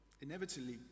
inevitably